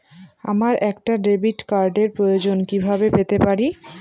আমার একটা ডেবিট কার্ডের প্রয়োজন কিভাবে পেতে পারি?